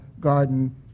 garden